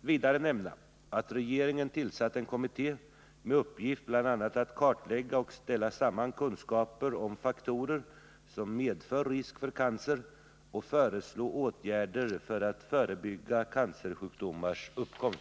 vidare nämna att regeringen tillsatte en kommitté med uppgift bl.a. att kartlägga och ställa samman kunskaper om faktorer som medför risk för cancer och föreslå åtgärder för att förebygga cancersjukdomars uppkomst.